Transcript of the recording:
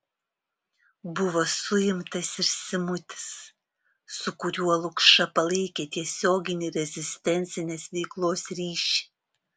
buvo suimtas ir simutis su kuriuo lukša palaikė tiesioginį rezistencinės veiklos ryšį